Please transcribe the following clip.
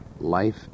life